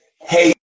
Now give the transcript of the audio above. Hey